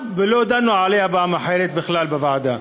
ולא ידענו עליה פעם אחרת בכלל בוועדה.